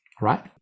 right